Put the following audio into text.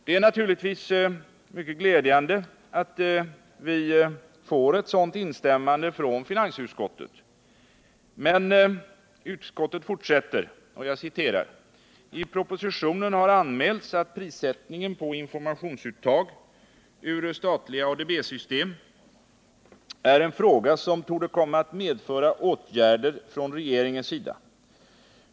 Det är naturligtvis mycket glädjande att vi får ett sådant instämmande från finansutskottet, men sedan fortsätter utskottet på följande sätt: ”I propositionen har anmälts att prissättningen på informationsuttag ur statliga ADB-system är en fråga som torde komma att medföra åtgärder från regeringens sida.